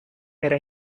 era